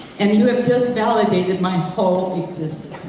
and you have just validated my whole existence.